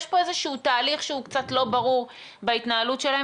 יש פה איזשהו תהליך שהוא לא ברור בהתנהלות שלהם,